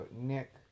Nick